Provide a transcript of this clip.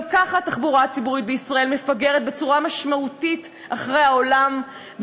גם ככה התחבורה הציבורית בישראל מפגרת משמעותית אחרי העולם,